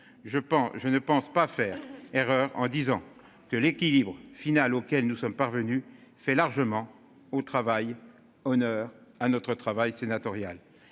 je ne pense pas faire erreur en disant que l'équilibre final auquel nous sommes parvenus fait largement au travail. Honneur à notre travail sénatorial.